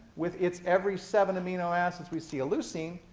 with its every seven amino acids we see a leucine.